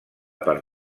per